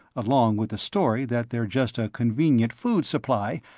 along with the story that they're just a convenient food supply,